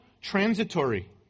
transitory